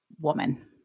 woman